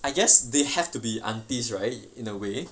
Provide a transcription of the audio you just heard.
I guess they have to be aunties right in a way